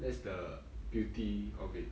that's the beauty of it